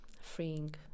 freeing